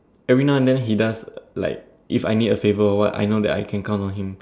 every now and then he does like if I need a favor or what I know that I can count on him